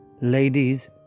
ladies